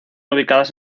ubicadas